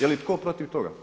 Je li tko protiv toga?